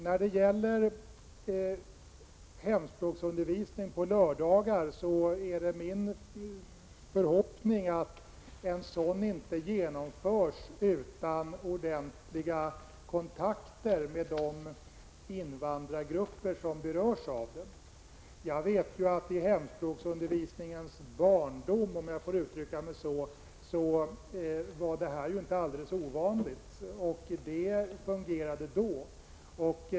När det gäller hemspråksundervisning på lördagar är det min förhoppning att en sådan förläggning av undervisningen inte genomförs utan ordentliga kontakter med de invandrargrupper som berörs. Jag vet att i hemspråksundervisningens barndom, om jag får uttrycka mig så, var det här inte alls ovanligt, och det fungerade då.